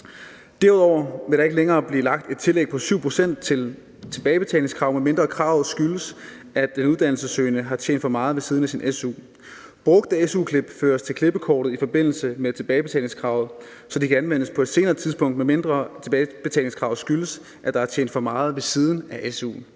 Derudover vil der ikke længere blive lagt et tillæg på 7 pct. til betalingskravet, medmindre kravet skyldes, at den uddannelsessøgende har tjent for meget ved siden af sin su. Brugte su-klip føres til klippekortet i forbindelse med tilbagebetalingskravet, så de kan anvendes på et senere tidspunkt, medmindre tilbagebetalingskravet skyldes, at der er tjent for meget ved siden af su'en.